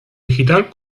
digital